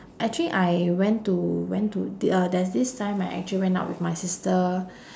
actually I went to went to t~ uh there's this time I actually went out with my sister